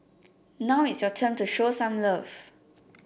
now it's your turn to show some love